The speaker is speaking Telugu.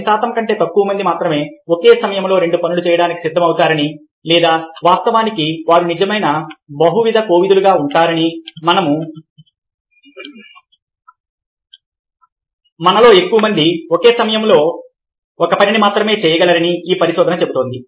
10 శాతం కంటే తక్కువ మంది మాత్రమే ఒకే సమయంలో రెండు పనులు చేయడానికి సిద్ధమవుతారని లేదా వాస్తవానికి వారు నిజమైన బహువిధ కోవిధులుగా ఉంటారని మనలో ఎక్కువమంది ఒకే సమయంలో ఒక పనిని మాత్రమే చేయగలరని ఈ పరిశోధన చెబుతోంది